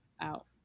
out